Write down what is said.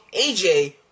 AJ